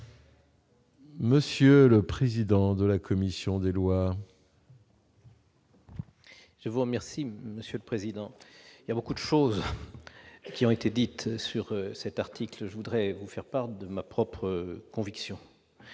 Monsieur le président de la commission des lois. Je vous remercie, Monsieur le Président, il y a beaucoup de choses qui ont été dites sur cet article, je voudrais vous faire part de ma propre conviction